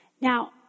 Now